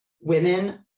women